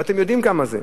ואתם יודעים כמה זה.